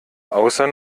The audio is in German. außer